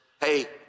hey